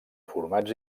formats